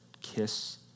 kiss